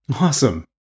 Awesome